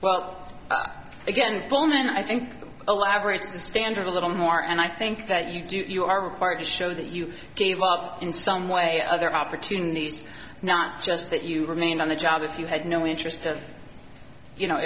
well again phone and i think elaborates the standard a little more and i think that you do you are required to show that you gave up in some way other opportunities not just that you remain on the job if you had no interest or you know